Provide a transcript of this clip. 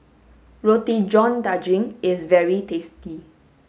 Roti john daging is very tasty